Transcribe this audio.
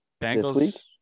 Bengals